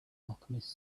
alchemist